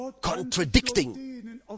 contradicting